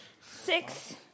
Six